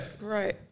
Right